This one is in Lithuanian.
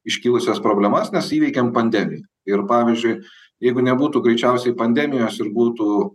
iškilusias problemas mes įveikėm pandemiją ir pavyzdžiui jeigu nebūtų greičiausiai pandemijos ir būtų